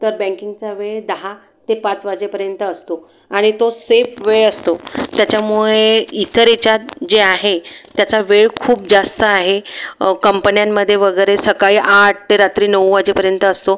तर बँकिंगचा वेळ दहा ते पाच वाजेपर्यंत असतो आणि तो सेफ वेळ असतो त्याच्यामुळे इतर याच्यात जे आहे त्याचा वेळ खूप जास्त आहे कंपन्यांमध्ये वगेरे सकाळी आठ ते रात्री नऊ वाजेपर्यंत असतो